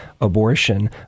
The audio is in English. abortion